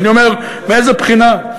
ואני אומר מאיזה בחינה.